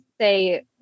say